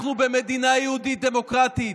אנחנו במדינה יהודית דמוקרטית.